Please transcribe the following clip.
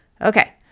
Okay